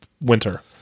winter